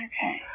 Okay